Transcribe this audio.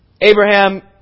Abraham